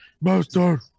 Master